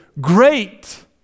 great